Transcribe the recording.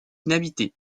inhabité